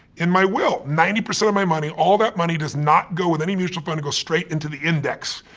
in my will ninety percent of my money, all of that money does not go with any mutual fund. it goes straight into the index.